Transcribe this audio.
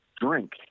drink